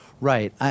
Right